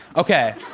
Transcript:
okay.